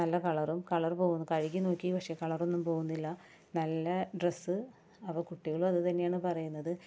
നല്ല കളറും കളർ പോകുന്ന് കഴുകി നോക്കി പക്ഷേ കളറൊന്നും പോകുന്നില്ല നല്ല ഡ്രെസ്സ് അപ്പം കുട്ടികളും അതുതന്നെയാണ് പറയുന്നത്